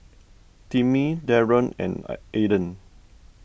Timmie Daron and Ayden